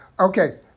Okay